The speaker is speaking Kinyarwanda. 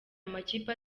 amakipe